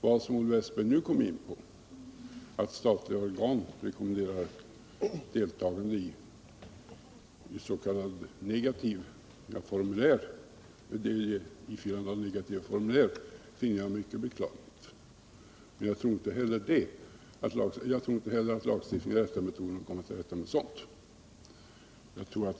Vad Olle Wästberg nu kom in på, att statliga organ rekommenderar ifyllande av negativa formulär, finner jag mycket beklagligt. Jag tror inte heller att lagstiftning är den riktiga metoden att komma till rätta med sådant.